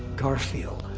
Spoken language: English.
garfield.